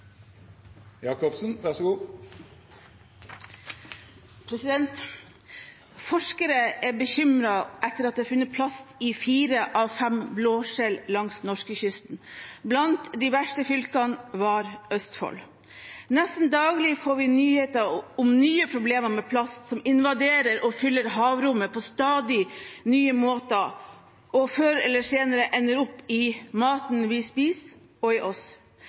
Forskere er bekymret etter at det er funnet plast i fire av fem blåskjell langs Norskekysten. Blant de verste fylkene var Østfold. Nesten daglig får vi nyheter om nye problemer med plast som invaderer og fyller havrommet på stadig nye måter og før eller senere ender opp i maten vi spiser – og i oss.